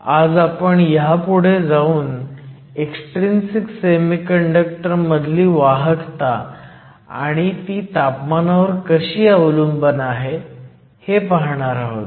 आज आपण ह्यापुढे जाऊन एक्सट्रिंसिक सेमीकंडक्टर मधली वाहकता आणि ती तापमानावर कशी अवलंबून आहे हे पाहणार आहोत